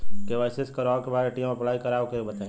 KYC करावे के बा ए.टी.एम अप्लाई करा ओके बताई?